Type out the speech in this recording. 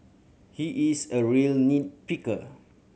he is a real nit picker